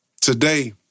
today